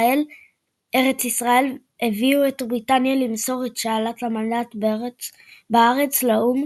ארץ ישראל הביאו את בריטניה למסור את שאלת המנדט בארץ לאו"ם,